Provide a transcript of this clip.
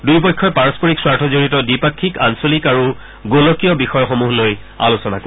দুয়োপক্ষই পাৰস্পৰিক স্বাৰ্থ জৰিত দ্বিপাক্ষিক আঞ্চলিক আৰু গোলকীয় বিষয়সমূহ লৈ আলোচনা কৰিব